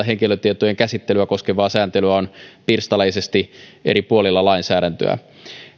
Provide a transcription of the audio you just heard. henkilötietojen käsittelyä koskevaa sääntelyä on pirstaleisesti eri puolilla lainsäädäntöä